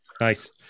Nice